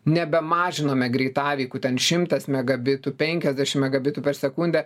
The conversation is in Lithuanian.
nebemažiname greitaveikų ten šimtas megabitų penkiasdešim megabitų per sekundę